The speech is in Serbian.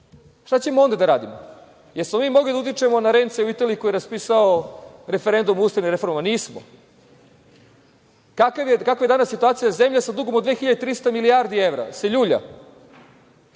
Šta ćemo onda da radimo? Da li smo mi mogli da utičemo na Renca u Italiji koji je raspisao referendum o ustavnim reformama? Nismo. Kakva je danas situacija? Zemlje sa dugom od dve hiljade 300 milijardi evra se ljulja.